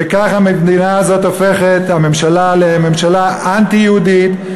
וככה הממשלה הזאת הופכת לממשלה אנטי-יהודית,